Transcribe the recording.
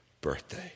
birthday